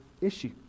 issue